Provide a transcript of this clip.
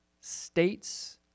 states